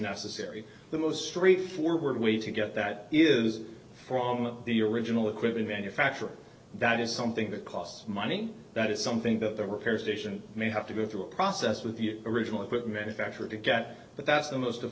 necessary the most straightforward way to get that is from the original equipment manufacturer that is something that costs money that is something that the repair station may have to go through a process with the original equipment manufacturers to get but that's the most